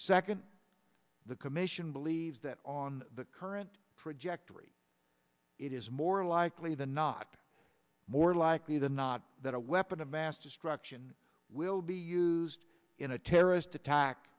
second the commission believes that on the current trajectory it is more likely than not more likely than not that a weapon of mass destruction will be used in a terrorist attack